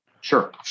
Sure